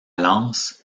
lance